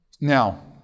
now